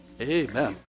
amen